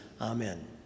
Amen